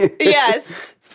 Yes